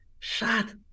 shut